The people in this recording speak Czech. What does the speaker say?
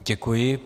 Děkuji.